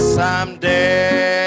someday